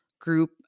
group